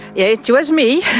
yeah it was me,